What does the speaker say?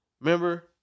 Remember